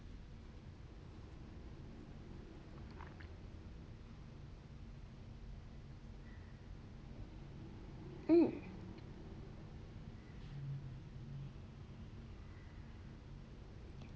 hmm